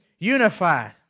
Unified